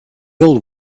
old